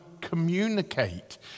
communicate